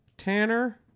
Tanner